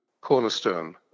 cornerstone